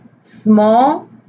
small